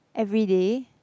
everyday